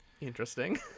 Interesting